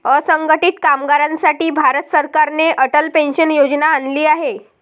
असंघटित कामगारांसाठी भारत सरकारने अटल पेन्शन योजना आणली आहे